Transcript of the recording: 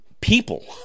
people